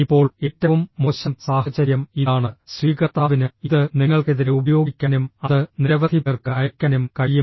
ഇപ്പോൾ ഏറ്റവും മോശം സാഹചര്യം ഇതാണ് സ്വീകർത്താവിന് ഇത് നിങ്ങൾക്കെതിരെ ഉപയോഗിക്കാനും അത് നിരവധി പേർക്ക് അയയ്ക്കാനും കഴിയും